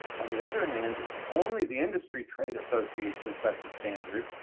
on the other hand, if only the industry-trade association sets a standard,